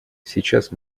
сейчас